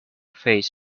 face